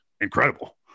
incredible